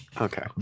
Okay